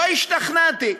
לא השתכנעתי.